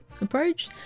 approach